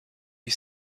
you